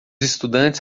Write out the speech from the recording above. estudantes